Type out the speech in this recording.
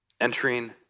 entering